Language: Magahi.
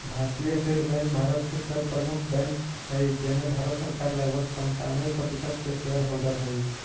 भारतीय स्टेट बैंक भारत के सर्व प्रमुख बैंक हइ जेमें भारत सरकार लगभग सन्तानबे प्रतिशत के शेयर होल्डर हइ